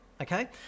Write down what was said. Okay